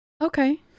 okay